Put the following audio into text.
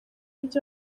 ibyo